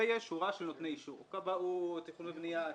ויש שורה של נותני אישור: כבאות, תכנון ובנייה.